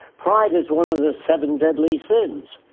pride is one of the seven deadly sins.